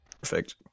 perfect